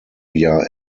jahr